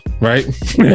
right